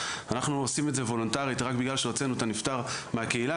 אנחנו עושים את זה וולונטרית רק בגלל שהוצאנו את הנפטר מהקהילה,